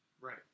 Right